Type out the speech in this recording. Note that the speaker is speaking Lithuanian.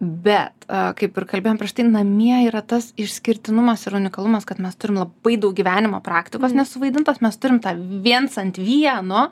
bet kaip ir kalbėjom prieš tai namie yra tas išskirtinumas ir unikalumas kad mes turim labai daug gyvenimo praktikos nesuvaidintos mes turim tą viens ant vieno